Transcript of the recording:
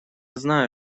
знаю